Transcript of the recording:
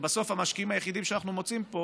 שבסוף המשקיעים היחידים שאנחנו מוצאים פה